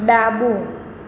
ડાબું